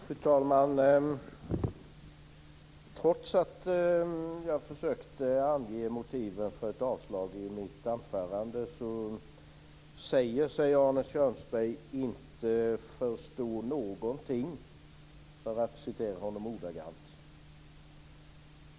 Fru talman! Trots att jag i mitt anförande försökte ange motiven för ett avslag säger Arne Kjörnsberg: "Jag förstår ingenting" - för att citera honom ordagrant.